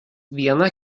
viena